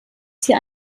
sie